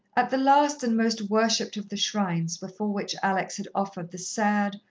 at the last and most worshipped of the shrines before which alex had offered the sad,